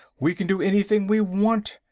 we can do anything we want